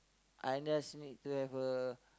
I just need to have a